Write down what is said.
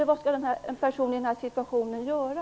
Vad skall en person i den här situationen göra?